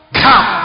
come